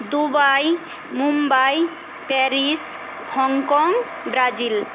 Dubai Mumbai Paris Hong Kong Brazil